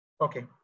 Okay